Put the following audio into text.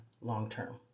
long-term